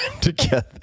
together